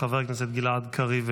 חבר הכנסת גלעד קריב,